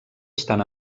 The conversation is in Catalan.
estan